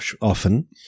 often